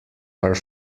are